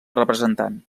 representant